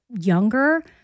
younger